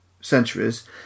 centuries